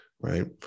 Right